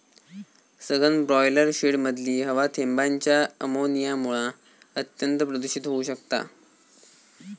सघन ब्रॉयलर शेडमधली हवा थेंबांच्या अमोनियामुळा अत्यंत प्रदुषित होउ शकता